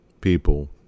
people